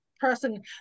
person